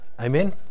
Amen